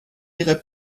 ihrer